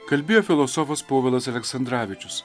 kalbėjo filosofas povilas aleksandravičius